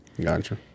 gotcha